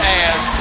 ass